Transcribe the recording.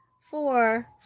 four